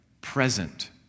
present